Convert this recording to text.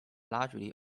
largely